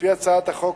על-פי הצעת החוק,